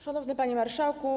Szanowny Panie Marszałku!